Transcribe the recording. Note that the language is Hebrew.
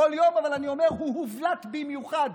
בכל יום, אבל אני אומר, הוא הובלט במיוחד